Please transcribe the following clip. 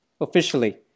officially